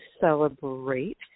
celebrate